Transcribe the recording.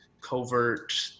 covert